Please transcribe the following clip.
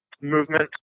movement